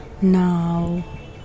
now